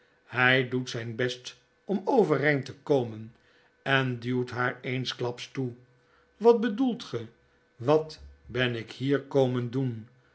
hy doet zijn best om overeiad te komen en duwt haar eensklaps toe wat bedoelt ge wat ben ik hier komen doen